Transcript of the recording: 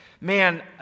man